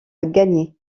gagner